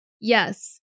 Yes